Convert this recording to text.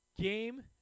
Game